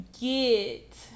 get